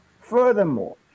furthermore